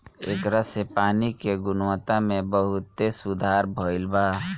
ऐकरा से पानी के गुणवत्ता में बहुते सुधार भईल बा